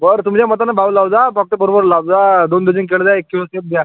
बरं तुमच्या मतानं भाव लावत जा फक्त बरोबर लावत जा दोन डझन केळं द्या एक किलो सेब द्या